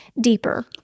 deeper